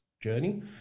journey